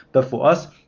but for us,